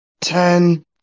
ten